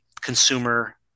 consumer